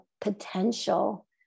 potential